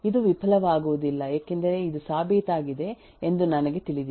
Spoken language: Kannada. ಇದು ವಿಫಲವಾಗುವುದಿಲ್ಲ ಏಕೆಂದರೆ ಇದು ಸಾಬೀತಾಗಿದೆ ಎಂದು ನನಗೆ ತಿಳಿದಿದೆ